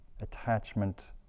Attachment